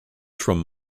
from